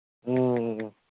ꯎꯝ